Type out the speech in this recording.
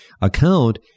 account